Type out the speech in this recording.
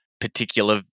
particular